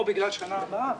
או בגלל שנה הבאה,